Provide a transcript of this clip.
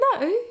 No